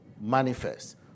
manifest